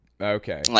Okay